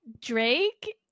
Drake